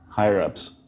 higher-ups